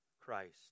christ